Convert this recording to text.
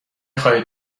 خواهید